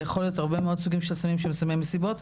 זה יכול להיות הרבה מאוד סוגים של סמים שהם סמי מסיבות,